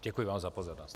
Děkuji vám za pozornost.